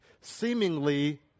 seemingly